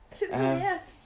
Yes